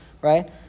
right